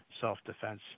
self-defense